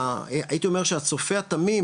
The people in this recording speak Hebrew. הייתי אומר שהצופה התמים,